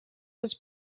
was